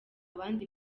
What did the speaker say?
abandi